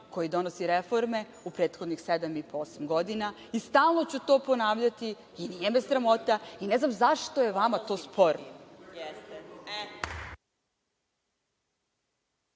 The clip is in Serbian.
koji donosi reforme, u prethodnih sedam i po, osam godina i stalno ću to ponavljati i nije me sramota. Ne znam zašto je to vama sporno?